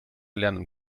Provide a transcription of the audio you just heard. lernen